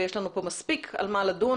ויש לנו מספיק על מה לדון,